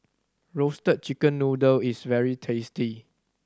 Roasted Chicken Noodle is very tasty